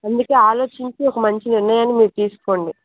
అందుకే ఆలోచించి ఒక మంచి నిర్ణయాన్ని మీరు తీసుకోండి